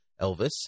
Elvis